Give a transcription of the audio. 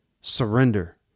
Surrender